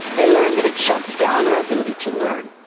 they learn it it shuts down our ability to learn,